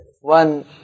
one